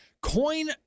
Coin